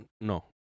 No